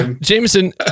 Jameson